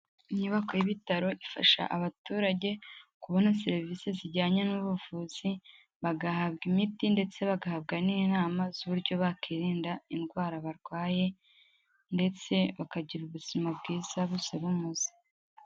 Inyubako y'ibitaro ifasha abaturage kubona serivisi zijyanye n'ubuvuzi, bagahabwa imiti ndetse bagahabwa n'inama z'uburyo bakirinda indwara barwaye, ndetse bakagira ubuzima bwiza buzira umuze.